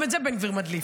גם את זה בן גביר מדליף.